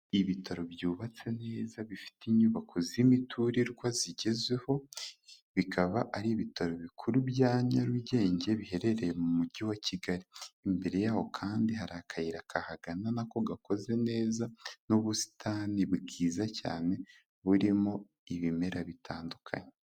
Ibitaro byubatse neza bifite inyubako z'imiturirwa zigezweho, bikaba ari ibitaro bikuru bya Nyarugenge, biherereye mu Mujyi wa Kigali, imbere yaho kandi hari akayira kahagana na ko gakoze neza n'ubusitani bwiza cyane burimo ibimera bitandukanye.